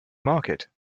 market